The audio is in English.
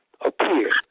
appeared